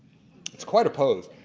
it's quite a pose.